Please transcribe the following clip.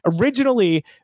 Originally